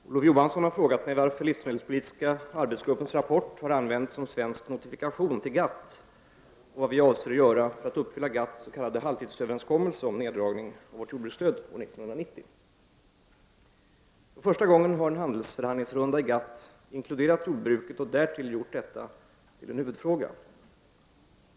Herr talman! Olof Johansson har frågat mig varför livsmedelspolitiska arbetsgruppens rapport använts som svensk notifikation till GATT om vad vi avser göra för att uppfylla GATT:s s.k. halvtidsöverenskommelse om neddragning av vårt jordbruksstöd 1990. För första gången har en handelsförhandlingsrunda i GATT inkluderat jordbruket och därtill gjort detta till en huvudfråga.